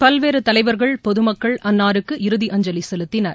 பல்வேறு தலைவர்கள் பொதுமக்கள் அன்னாருக்கு இறுதி அஞ்சலி செலுத்தினர்